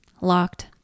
locked